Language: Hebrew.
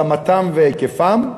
רמתם והיקפם,